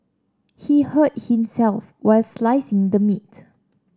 he hurt himself while slicing the meat